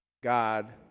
God